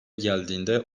geldiğinde